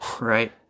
right